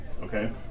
okay